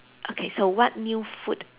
okay so what new food